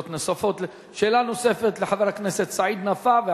שאלה נוספת לחבר הכנסת סעיד נפאע,